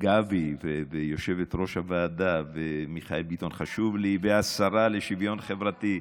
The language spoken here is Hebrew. וגבי ויושבת-ראש הוועדה ומיכאל ביטון והשרה לשוויון חברתי,